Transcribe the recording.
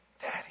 Daddy